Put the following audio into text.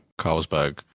Carlsberg